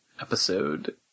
episode